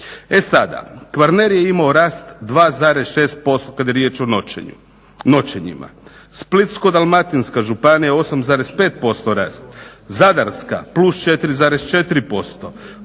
E sada Kvarner je imao rast 2,6% kad je riječ o noćenjima, Splitsko-dalmatinska županija 8,5% rast, Zadarska +4,4%,